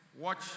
Watch